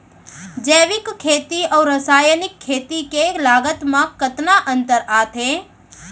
जैविक खेती अऊ रसायनिक खेती के लागत मा कतना अंतर आथे?